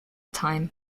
time